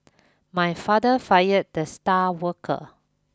my father fired the star worker